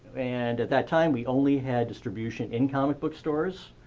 and at that time, we only had distribution in comic book stores,